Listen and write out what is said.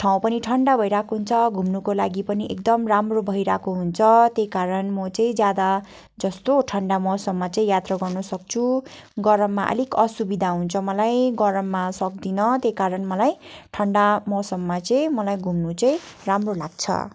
ठाउँ पनि ठन्डा भइरहेको हुन्छ घुम्नुको लागि पनि एकदम राम्रो भइरहेको हुन्छ त्यही कारण म चाहिँ ज्यादा जस्तो ठन्डा मौसममा यात्रा गर्न सक्छु गरममा अलिक असुविधा हुन्छ मलाई गरममा सक्दिन त्यही कारण मलाई ठन्डा मौसममा चाहिँ मलाई घुम्नु चाहिँ राम्रो लाग्छ